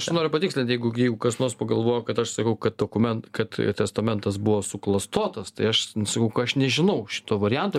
aš noriu patikslint jeigu jeigu kas nors pagalvojo kad aš sakau kad dokument kad testamentas buvo suklastotas tai aš sakau aš nežinau šito varianto